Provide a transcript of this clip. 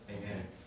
Amen